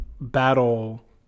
battle